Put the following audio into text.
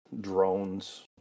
drones